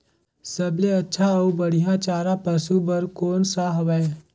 सबले अच्छा अउ बढ़िया चारा पशु बर कोन सा हवय?